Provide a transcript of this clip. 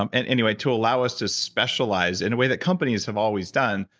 um and anyway, to allow us to specialize in a way that companies have always done,